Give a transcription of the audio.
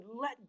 let